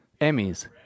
Emmys